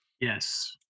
Yes